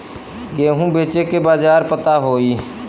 गेहूँ बेचे के बाजार पता होई?